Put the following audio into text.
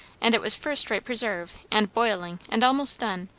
and it was first rate preserve, and boiling, and almost done,